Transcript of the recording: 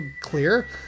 clear